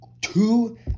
two